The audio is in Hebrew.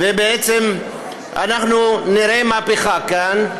אנחנו נראה מהפכה כאן,